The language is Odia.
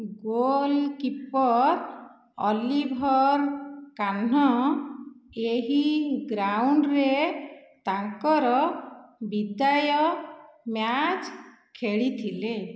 ଗୋଲ୍ କିପର୍ ଅଲିଭନ୍ କାହ୍ନ ଏହି ଗ୍ରାଉଣ୍ଡ୍ ରେ ତାଙ୍କର ବିଦାୟ ମ୍ୟାଚ୍ ଖେଳିଥିଲେ